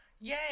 yay